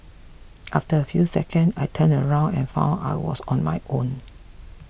after a few seconds I turned around and found I was on my own